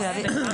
פנימי.